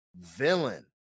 villain